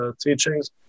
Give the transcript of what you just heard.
teachings